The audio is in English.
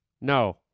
No